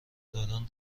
دادن